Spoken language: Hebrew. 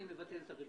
אני מבטל את הרביזיה.